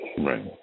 Right